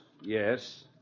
yes